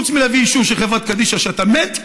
חוץ מלהביא אישור של חברה קדישא שאתה מת,